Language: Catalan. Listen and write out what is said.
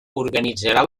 organitzarà